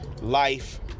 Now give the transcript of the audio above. life